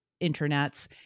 internets